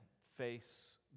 face